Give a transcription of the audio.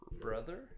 brother